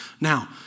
Now